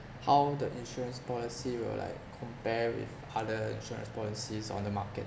how the insurance policy will like compare with other insurance policies on the market